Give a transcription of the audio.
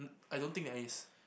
I don't think there is